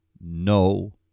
no